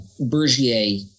Bergier